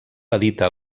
edita